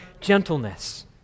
gentleness